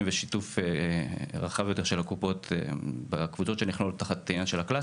ושיתוף רחב יותר של הקופות בקבוצות שנכללות תחת העניין של ה-class.